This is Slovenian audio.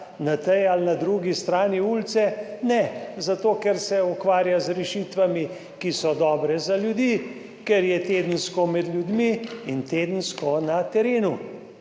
na tej ali na drugi strani ulice. Ne, zato ker se ukvarja z rešitvami, ki so dobre za ljudi, ker je tedensko med ljudmi in tedensko na terenu